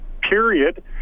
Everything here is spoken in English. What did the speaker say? period